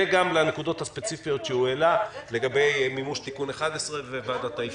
וגם לנקודות הספציפיות שהוא העלה לגבי מימוש תיקון 11 וועדות האפיון?